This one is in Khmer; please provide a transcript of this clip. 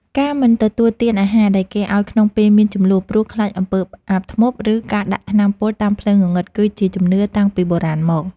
ការមិនទទួលទានអាហារដែលគេឱ្យក្នុងពេលមានជម្លោះព្រោះខ្លាចអំពើអាបធ្មប់ឬការដាក់ថ្នាំពុលតាមផ្លូវងងឹតគឺជាជំនឿតាំងពីបុរាណមក។